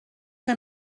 que